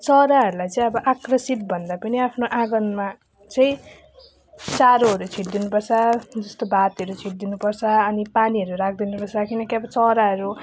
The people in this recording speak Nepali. चराहरूलाई चाहिँ अब आक्रोशित भन्दा पनि आफ्नो आँगनमा चाहिँ चारोहरू छरिदिनु पर्छ जस्तो भातहरू छरिदिनु पर्छ अनि पानीहरू राखिदिनु पर्छ किनकि अब चराहरू